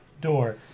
door